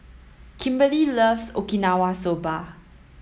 Kimberlee loves Okinawa soba